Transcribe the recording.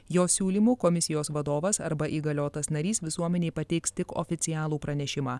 jo siūlymu komisijos vadovas arba įgaliotas narys visuomenei pateiks tik oficialų pranešimą